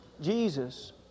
Jesus